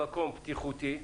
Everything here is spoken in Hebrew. במקום בטיחותי,